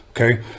Okay